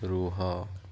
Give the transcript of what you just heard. ରୁହ